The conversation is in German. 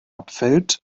abfällt